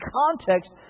context